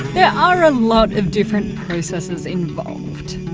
there are a lot of different processes involved.